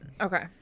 Okay